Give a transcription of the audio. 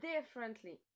differently